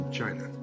China